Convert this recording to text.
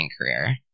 career